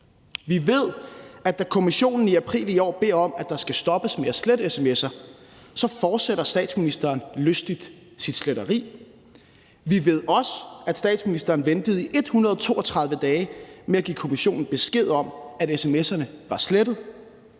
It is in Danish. Vi ved, at da kommissionen i april i år beder om, at der skal stoppes med at slette sms’er, fortsætter statsministeren lystigt sit sletteri. Vi ved også, at statsministeren ventede i 132 dage med at give kommissionen besked om, at sms'erne var slettet,